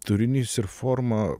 turinys ir forma